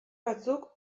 batzuk